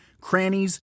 crannies